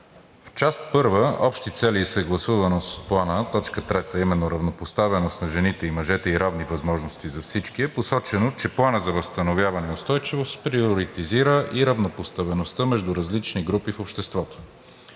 В Част първа „Общи цели и съгласуваност“ в Плана, т. 3 – „Именно равнопоставеност на жените и мъжете и равни възможности за всички“ е посочено, че Планът за възстановяване и устойчивост приоритизира и равнопоставеността между различни групи в обществото.